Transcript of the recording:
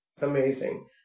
amazing